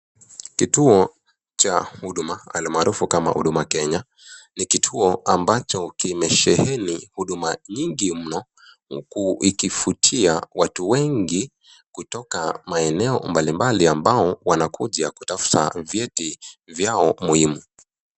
Kituo cha huduma almaarufu kama Huduma Kenya ni kituo ambacho kimesheheni huduma nyingi mno huku ikivutia watu wengi kutoka maeneo mbalimbali ambao wanakuja kutafuta vyeti vyao muhimu.